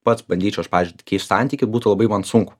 pats bandyčiau aš pavyzdžiui tai keist santykį būtų labai man sunku